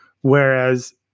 Whereas